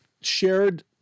shared